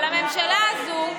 אבל הממשלה הזאת,